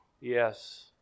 Yes